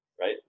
Right